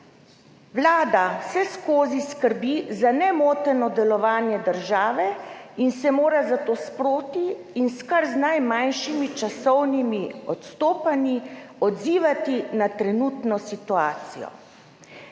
»Vlada vseskozi skrbi za nemoteno delovanje države in se mora zato sproti in s kar najmanjšimi časovnimi odstopanji odzivati na trenutno situacijo.